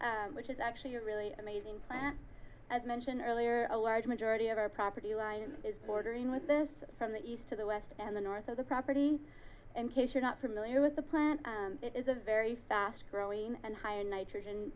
know which is actually a really amazing plant as mentioned earlier a large majority of our property line is bordering with this from the east to the west and the north of the property in case you're not familiar with the plant it is a very fast growing and higher nitrogen